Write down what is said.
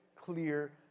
clear